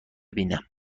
بیینم